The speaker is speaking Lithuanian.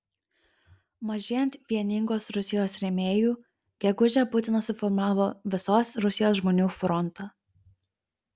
mažėjant vieningos rusijos rėmėjų gegužę putinas suformavo visos rusijos žmonių frontą